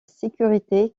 sécurité